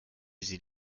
sie